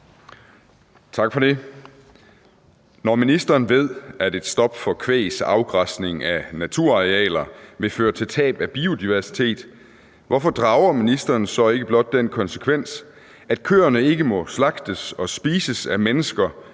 Tak for det. Når ministeren ved, at et stop for kvægs afgræsning af naturarealer vil føre til tab af biodiversitet, hvorfor drager ministeren så ikke blot den konsekvens, at køerne ikke må slagtes og spises af mennesker